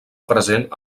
present